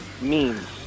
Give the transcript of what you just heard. memes